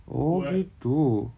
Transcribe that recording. oh gitu